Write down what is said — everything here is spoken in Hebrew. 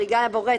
הריגה" יבוא "רצח,